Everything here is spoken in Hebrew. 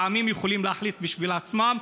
העמים יכולים להחליט בשביל עצמם,